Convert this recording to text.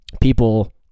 people